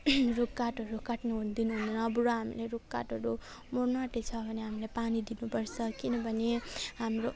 रुख काठहरू काट्नु दिनुहुँदैन बरु हामीले रुख काठहरू मर्नु आटेको छ भने हामीले पानी दिनु पर्छ किनभने हाम्रो